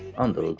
under